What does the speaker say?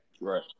Right